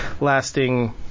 lasting